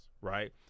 right